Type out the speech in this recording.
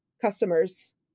customers